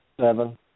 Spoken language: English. seven